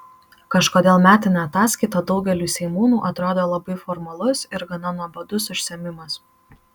kažkodėl metinė ataskaita daugeliui seimūnų atrodo labai formalus ir gana nuobodus užsiėmimas